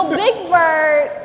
big bird,